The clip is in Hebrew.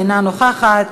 אינה נוכחת,